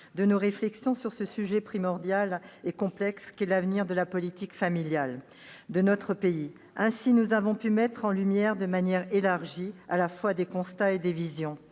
de nos réflexions sur ce sujet primordial et complexe qu'est l'avenir de la politique familiale de notre pays. Ainsi, nous avons pu mettre en lumière de manière élargie à la fois des constats et des visions.